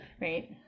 Right